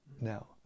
now